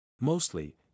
Mostly